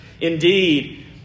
Indeed